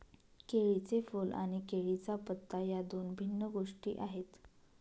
केळीचे फूल आणि केळीचा पत्ता या दोन भिन्न गोष्टी आहेत